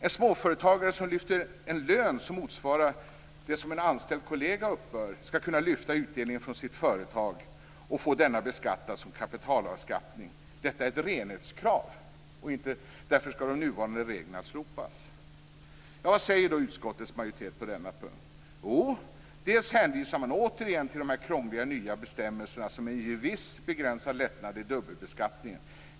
En småföretagare som lyfter en lön som motsvarar det som en anställd kollega uppbär skall kunna lyfta utdelning från sitt företag och få denna beskattad som kapitalbeskattning. Detta är ett renhetskrav. Därför skall de nuvarande reglerna slopas. Vad säger då utskottets majoritet på denna punkt? Jo, dels hänvisar man återigen till de krångliga nya bestämmelserna som ger en viss begränsad lättnad i dubbelbeskattningen.